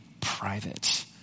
private